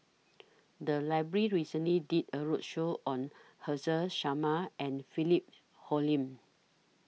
The Library recently did A roadshow on Haresh Sharma and Philip Hoalim